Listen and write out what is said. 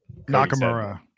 nakamura